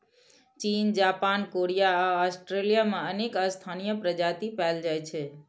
चीन, Japan, Korea आ Australia मे अनेक स्थानीय प्रजाति पाएल जाइ छै